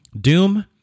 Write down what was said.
Doom